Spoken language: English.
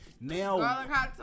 Now